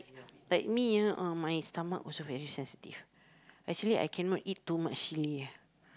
like me ah ah my stomach also very sensitive actually I cannot eat too much chili ah